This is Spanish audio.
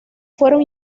fueron